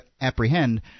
apprehend